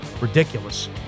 Ridiculous